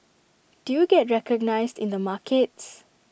do you get recognised in the markets